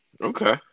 Okay